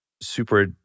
super